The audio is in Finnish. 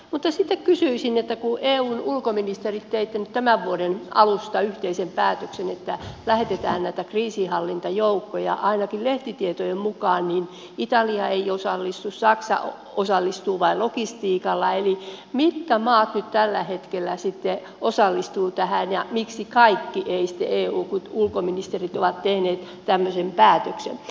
mutta sitten kysyisin kun te eun ulkoministerit teitte tämän vuoden alusta yhteisen päätöksen että lähetetään näitä kriisinhallintajoukkoja niin ainakin lehtitietojen mukaan italia ei osallistu saksa osallistuu vain logistiikalla eli mitkä maat nyt tällä hetkellä sitten osallistuvat tähän ja miksi kaikki sitten eivät kun eun ulkoministerit ovat tehneet tämmöisen päätöksen